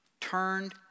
turned